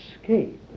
escape